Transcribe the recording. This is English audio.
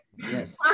yes